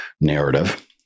narrative